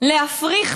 להפריך